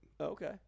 Okay